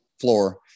floor